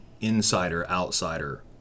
insider-outsider